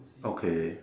okay